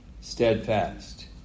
steadfast